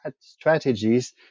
strategies